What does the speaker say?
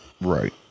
Right